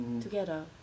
together